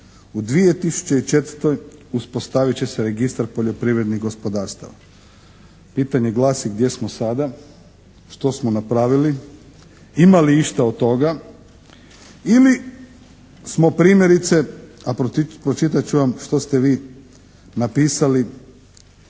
u 2004. uspostavit će se Registar poljoprivrednih gospodarstava. Pitanje glasi gdje smo sada? Što smo napravili? Ima li išta od toga? Ili smo primjerice, a pročitat ću vam što ste vi napisali